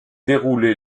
déroulé